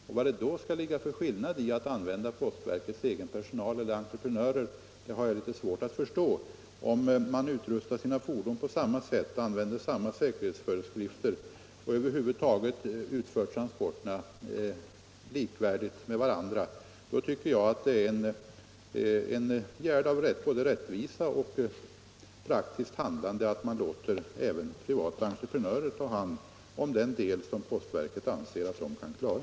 Jag har litet svårt att förstå vad det gör för skillnad om man använder postverkets egen personal eller entreprenörer, om båda utrustar sina fordon på samma sätt, tillämpar samma säkerhetsföreskrifter och över huvud taget utför transporterna likvärdigt. Då tycker jag i stället att det är både rättvist och praktiskt handlat att låta privata entreprenörer ta hand om den del av transporterna som postverket anser att dessa kan klara.